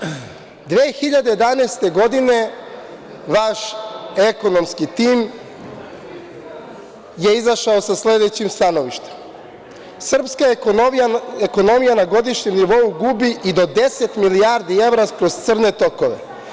Godine 2011. vaš ekonomski tim je izašao sa sledećim stanovištem – srpska ekonomija na godišnjem nivou gubi i do deset milijardi evra kroz crne tokove.